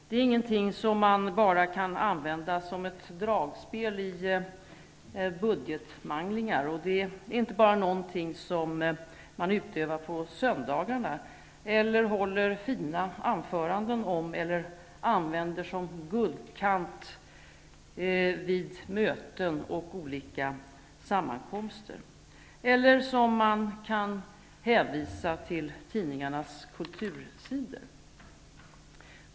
Det är ingenting som man kan använda bara som ett dragspel i budgetmanglingar, och det är inte bara något som man utövar på söndagarna, håller fina anföranden om eller använder som guldkant vid möten och sammankomster eller som är hänvisat till tidningarnas kultursidor.